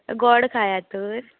गॉड खांयात तर